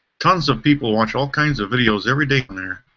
tons of people watch all kinds of videos everyday on there.